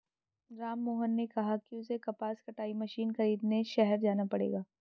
राममोहन ने कहा कि उसे कपास कटाई मशीन खरीदने शहर जाना पड़ेगा